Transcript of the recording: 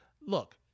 look